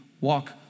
walk